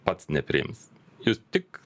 pats nepriims jūs tik